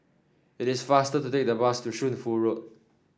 it is faster to take the bus to Shunfu Road